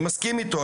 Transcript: אני מסכים איתו.